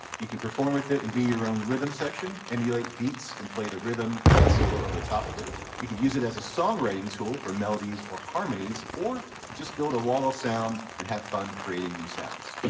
you can perform with it and be your own rhythm section emulate beats and play the rhythm, and then solo over the top of it. you can use it as a songwriting tool for melodies or harmonies, or just build a wall of sound and have fun creating new sounds.